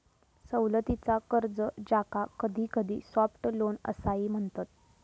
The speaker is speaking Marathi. सवलतीचा कर्ज, ज्याका कधीकधी सॉफ्ट लोन असाही म्हणतत